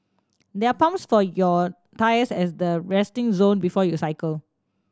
there are pumps for your tyres at the resting zone before you cycle